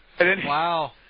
Wow